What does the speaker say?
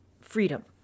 freedom